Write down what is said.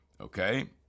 Okay